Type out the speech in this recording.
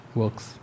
works